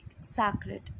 sacred